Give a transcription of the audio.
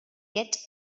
yet